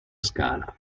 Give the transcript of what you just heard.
scala